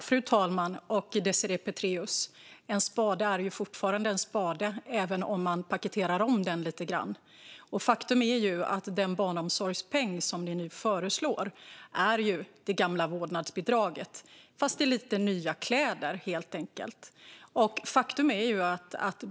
Fru talman och Désirée Pethrus! En spade är fortfarande en spade även om man paketerar om den lite grann. Och faktum är att den barnomsorgspeng som ni nu föreslår helt enkelt är det gamla vårdnadsbidraget, fast i lite nya kläder.